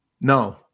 no